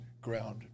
ground